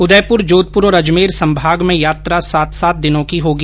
उदयपुर जोधपुर और अजमेर संभाग में यात्रा सात सात दिनों की होगी